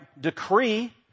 decree